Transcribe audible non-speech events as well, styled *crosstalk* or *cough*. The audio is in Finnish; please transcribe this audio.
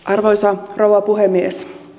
*unintelligible* arvoisa rouva puhemies